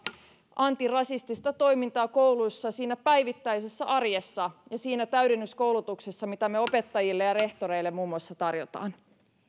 antirasistista toimintaa kouluissa siinä päivittäisessä arjessa ja siinä täydennyskoulutuksessa mitä me opettajille ja rehtoreille muun muassa tarjoamme